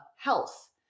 health